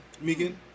Megan